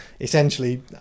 essentially